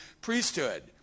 priesthood